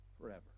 forever